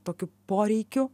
tokiu poreikiu